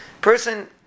person